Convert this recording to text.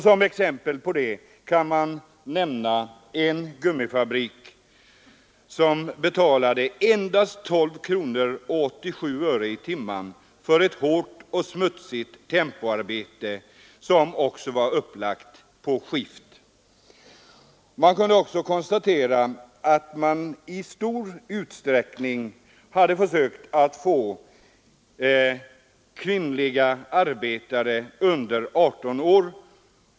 Som exempel på detta kan nämnas en gummifabrik som betalade endast 12:87 kronor i timmen för ett hårt och smutsigt tempoarbete som också var upplagt på skift. Man kunde också konstatera att företagen i stor utsträckning hade försökt att få kvinnliga arbetare under 18 år.